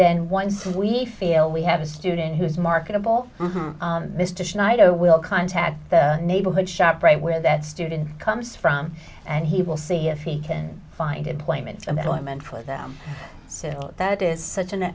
then once we feel we have a student who's marketable mr schneider will contact the neighborhood shop right where that student comes from and he will see if he can find employment and that women for them so that is such an